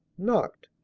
knocked,